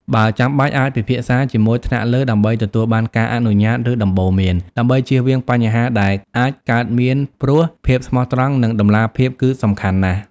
បើចាំបាច់ អាចពិភាក្សាជាមួយថ្នាក់លើដើម្បីទទួលបានការអនុញ្ញាត ឬដំបូន្មាន ដើម្បីជៀសវាងបញ្ហាដែលអាចកើតមានព្រោះ ភាពស្មោះត្រង់ និងតម្លាភាពគឺសំខាន់ណាស់។